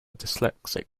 dyslexic